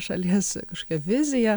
šalies kažkokią viziją